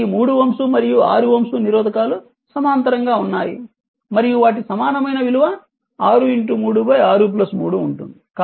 కాబట్టి ఈ 3 Ω మరియు 6 Ω నిరోధకాలు సమాంతరంగా ఉన్నాయి మరియు వాటి సమానమైన విలువ 6 3 63 ఉంటుంది